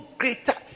greater